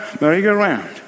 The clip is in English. merry-go-round